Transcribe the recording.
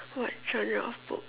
what genre of book